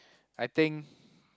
I think